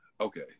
Okay